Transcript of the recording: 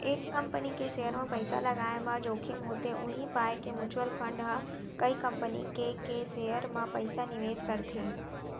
एक कंपनी के सेयर म पइसा लगाय म जोखिम होथे उही पाय के म्युचुअल फंड ह कई कंपनी के के सेयर म पइसा निवेस करथे